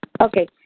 Okay